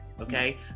okay